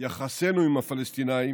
יחסינו עם הפלסטינים